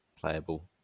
playable